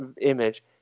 image